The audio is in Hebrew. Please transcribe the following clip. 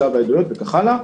שלב העדויות וכן הלאה.